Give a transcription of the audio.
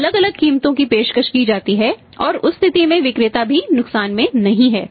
तो अलग अलग कीमतों की पेशकश की जाती है और उस स्थिति में विक्रेता भी नुकसान में नहीं है